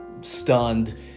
stunned